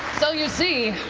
so you see,